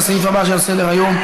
לסעיף הבא שעל סדר-היום: